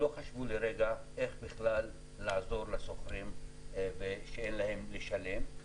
לא חשבו לרגע איך בכלל לעזור לשוכרים שאין להם לשלם.